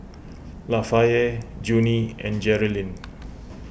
Lafayette Junie and Jerilynn